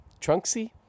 Trunksy